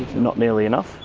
not nearly enough,